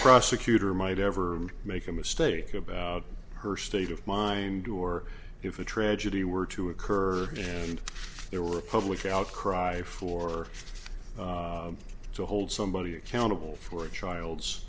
prosecutor might ever make a mistake about her state of mind or if a tragedy were to occur and there were a public outcry for to hold somebody accountable for the child's